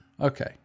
Okay